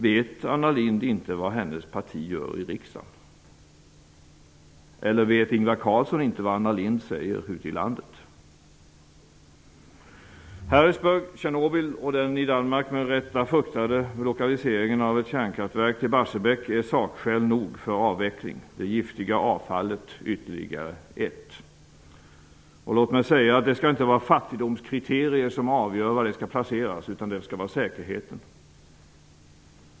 Vet Anna Lindh inte vad hennes parti gör i riksdagen? Eller vet Ingvar Carlsson inte vad Anna Lindh säger ute i landet? Harrisburg, Tjernobyl och den i Danmark med rätta fruktade lokaliseringen av ett kärnkraftverk till Barsebäck är sakskäl nog för avveckling, det giftiga avfallet ytterligare ett. Låt mig säga att det inte skall vara fattigdomskriterier som avgör var avfallet skall placeras -- det skall vara säkerheten.